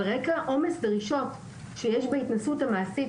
על רקע עומס הדרישות שיש בהתנסות המעשית,